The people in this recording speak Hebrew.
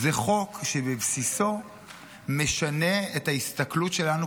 זה חוק שבבסיסו משנה את ההסתכלות שלנו